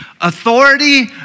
Authority